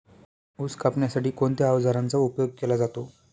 ऊस कापण्यासाठी कोणत्या अवजारांचा उपयोग केला जातो?